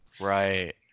Right